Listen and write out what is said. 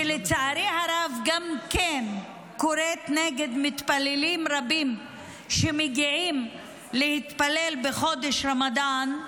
שלצערי הרב קורית גם נגד מתפללים רבים שמגיעים להתפלל בחודש רמדאן,